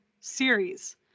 series